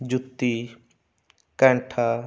ਜੁੱਤੀ ਕੈਂਠਾ